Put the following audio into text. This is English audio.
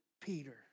Peter